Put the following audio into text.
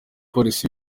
police